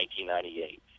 1998